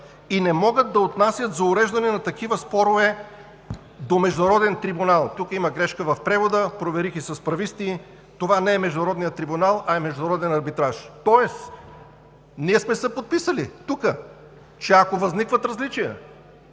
и не могат да отнасят за уреждане такива спорове до международен трибунал“. Тук има грешка в превода, проверих и с прависти – това не е международният трибунал, а е международен арбитраж. Тоест ние тук сме се подписали, че ако възникват различия,